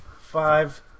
five